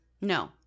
No